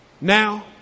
now